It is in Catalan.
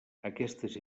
aquestes